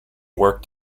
worked